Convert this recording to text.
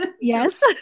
yes